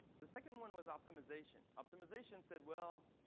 the second one was optimization. optimization said, well,